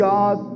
God